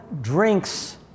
drinks